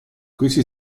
questi